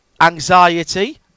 anxiety